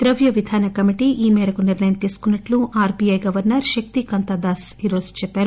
ద్రవ్య విధాన కమిటీ ఈ మేరకు నిర్ణయం తీసుకున్నట్లు RBI governor Shaktikanta Das ఈ రోజు చెప్పారు